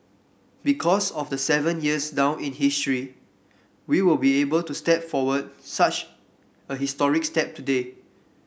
because of the seven years down in history we will be able to step forward such a historic step today